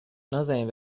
نازنین